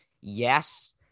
yes